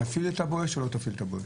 תפעיל את ה"בואש" או לא תפעיל את ה"בואש".